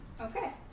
Okay